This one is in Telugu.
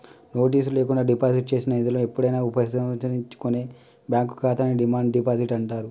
నోటీసు లేకుండా డిపాజిట్ చేసిన నిధులను ఎప్పుడైనా ఉపసంహరించుకునే బ్యాంక్ ఖాతాని డిమాండ్ డిపాజిట్ అంటారు